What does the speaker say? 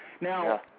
Now